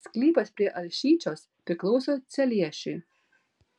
sklypas prie alšyčios priklauso celiešiui